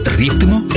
ritmo